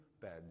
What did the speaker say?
beds